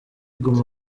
guma